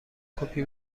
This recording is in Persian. کپی